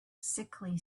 sickly